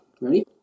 Ready